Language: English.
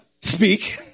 speak